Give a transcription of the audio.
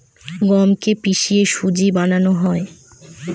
গমকে কে পিষে সুজি বানানো হয়